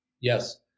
Yes